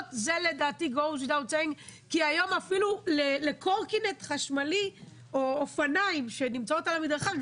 כי היום אפילו לקורקינט חשמלי או אופניים על המדרכה,